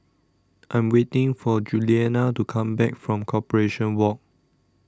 I Am waiting For Julianna to Come Back from Corporation Walk